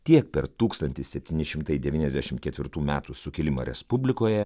tiek per tūkstantis septyni šimtai devyniasdešimt ketvirtų metų sukilimą respublikoje